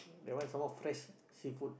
that one some more fresh seafood